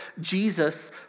Jesus